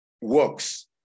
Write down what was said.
works